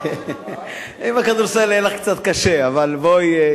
עם הכדורסל יהיה לך קצת קשה, אבל בואי.